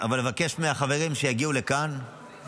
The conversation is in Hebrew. אבקש מהחברים שהגיעו לכאן --- אולי